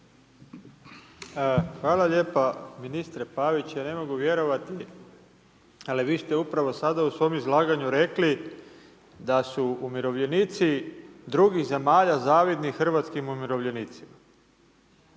Hvala lijepo ministre Pavić, ja ne mogu vjerovati, ali vi ste upravo sada u svom izlaganju rekli da su umirovljenici drugi zemalja zavidni hrvatskim umirovljenicima.